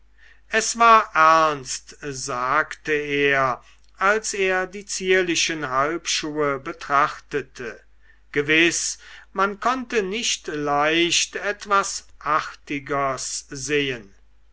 es war ernst sagte er als er die zierlichen halbschuhe betrachtete gewiß man konnte nicht leicht etwas artigers sehen